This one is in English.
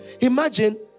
Imagine